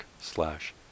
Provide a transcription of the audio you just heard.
slash